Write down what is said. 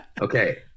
Okay